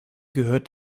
gehört